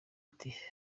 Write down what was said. ati